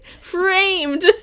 framed